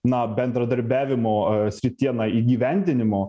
na bendradarbiavimo srityje na įgyvendinimo